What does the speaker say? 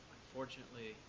unfortunately